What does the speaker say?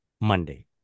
Monday